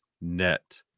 net